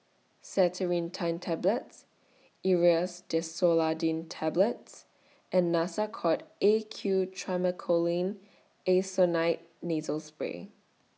Tablets Aerius DesloratadineTablets and Nasacort A Q Triamcinolone Acetonide Nasal Spray